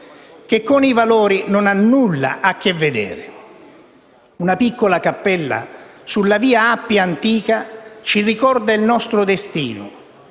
che con i valori non ha nulla a che vedere. «Una piccola cappella sulla via Appia Antica ci ricorda il nostro destino.